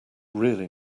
really